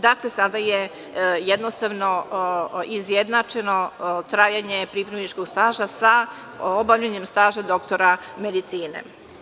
Dakle, sada je jednostavno izjednačeno trajanje pripravničkog staža sa obavljanjem staža doktora medicine.